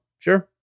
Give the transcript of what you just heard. Sure